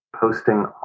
posting